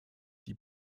die